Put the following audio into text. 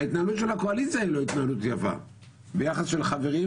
ההתנהלות של הקואליציה היא לא התנהלות יפה ביחס של חברים,